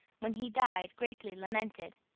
when he died greatly lamented.